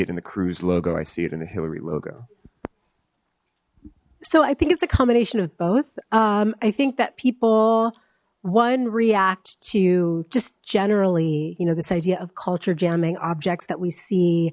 it in the crews logo i see it in the hillary logo so i think it's a combination of both i think that people one react to just generally you know this idea of culture jamming objects that we see